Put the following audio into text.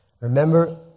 Remember